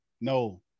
no